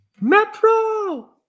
Metro